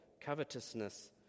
covetousness